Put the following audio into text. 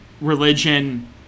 religion